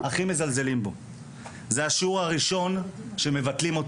זה השיעור הראשון שמבטלים,